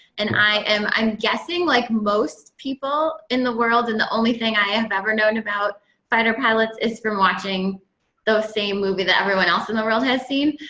and um i'm guessing like most people in the world, and the only thing i have ever known about fighter pilots is from watching those same movie that everyone else in the world has seen.